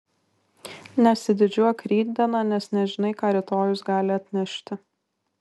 nesididžiuok rytdiena nes nežinai ką rytojus gali atnešti